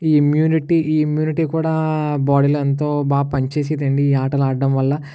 ఈ ఇమ్యూనిటీ ఈ ఇమ్యూనిటీ కూడా బాడీలో ఎంతో బాగా పనిచేసేది అండి ఈ ఆటలు ఆడటం వల్ల